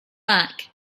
back